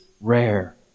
rare